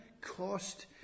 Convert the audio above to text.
cost